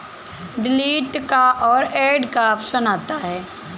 delete का और add का ऑप्शन आता है